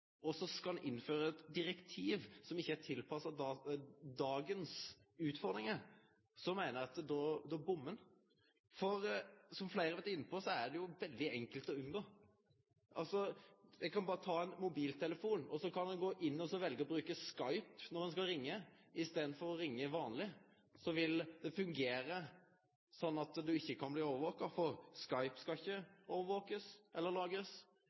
og så skal innføre eit direktiv som ikkje er tilpassa dagens utfordringar, meiner eg at ein bommar. Som fleire har vore inne på, er det jo veldig enkelt å unngå. Ein kan berre ta ein mobiltelefon og gå inn og velje å bruke Skype når ein skal ringje, i staden for å ringje vanleg. Da vil det fungere slik at ein ikkje kan bli overvakt, for Skype skal ikkje overvakast eller lagrast.